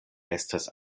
estas